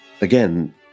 again